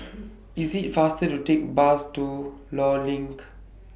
IT IS faster to Take The Bus to law LINK